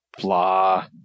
blah